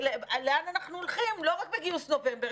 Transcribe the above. לאן אנחנו הולכים לא רק בגיוס נובמבר,